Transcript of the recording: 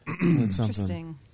Interesting